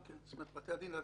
בכפוף לאישור ועדת הכנסת.